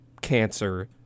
cancer